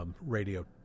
radio